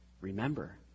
remember